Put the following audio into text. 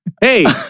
Hey